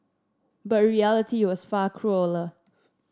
but reality was far crueller